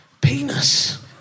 penis